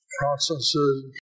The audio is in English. processes